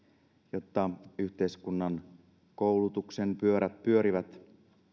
jotta yhteiskunnassa koulutuksen pyörät pyörivät